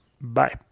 Bye